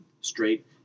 straight